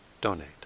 donate